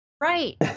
right